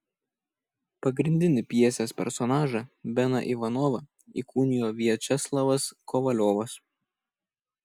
pagrindinį pjesės personažą beną ivanovą įkūnijo viačeslavas kovaliovas